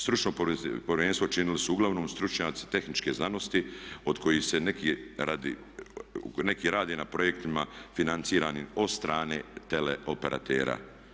Stručno povjerenstvo činili su uglavnom stručnjaci tehničke znanosti od kojih se neki rade na projektima financiranim od strane teleoperatera.